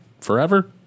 forever